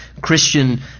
Christian